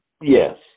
Yes